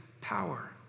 power